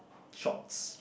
shorts